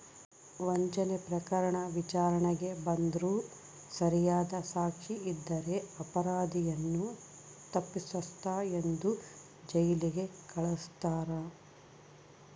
ವಂಚನೆ ಪ್ರಕರಣ ವಿಚಾರಣೆಗೆ ಬಂದ್ರೂ ಸರಿಯಾದ ಸಾಕ್ಷಿ ಇದ್ದರೆ ಅಪರಾಧಿಯನ್ನು ತಪ್ಪಿತಸ್ಥನೆಂದು ಜೈಲಿಗೆ ಕಳಸ್ತಾರ